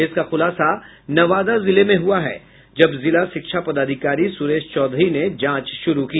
इसका खुलासा नवादा जिले में हुआ है जब जिला शिक्षा पदाधिकारी सुरेश चौधरी ने जांच शुरू की